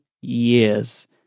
years